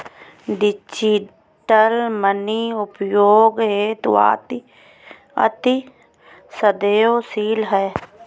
digital money उपयोग हेतु अति सवेंदनशील है